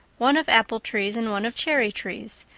one of apple-trees and one of cherry-trees,